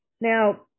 Now